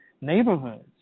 neighborhoods